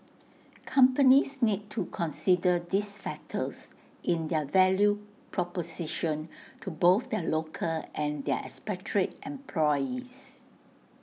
companies need to consider these factors in their value proposition to both their local and their expatriate employees